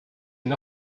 une